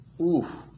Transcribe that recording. Oof